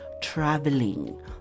traveling